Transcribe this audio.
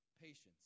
patience